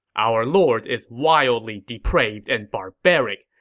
our lord is wildly depraved and barbaric,